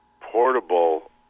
portable